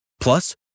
Plus